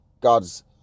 God's